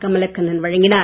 கமலக்கண்ணன் வழங்கினார்